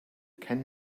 can